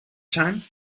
time